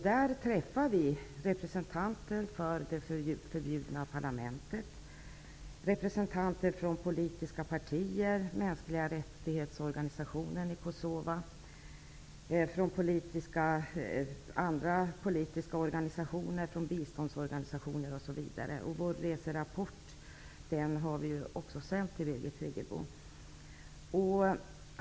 Där träffade vi representanter för det förbjudna parlamentet, för politiska partier, för mänskliga rättighetsorganisationen i Kosova, för andra politiska organisationer, för biståndsorganisationer osv. Vi har också sänt vår reserapport till Birgit Friggebo.